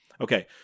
Okay